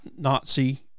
nazi